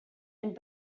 and